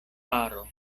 faro